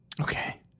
Okay